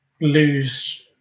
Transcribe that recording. lose